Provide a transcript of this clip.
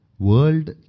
World